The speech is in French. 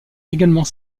également